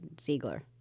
Ziegler